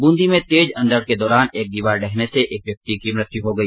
बूंदी में तेज अंधड़ के दौरान एक दीवार डहने से एक व्यक्ति की मृत्यु हो गई